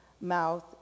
mouth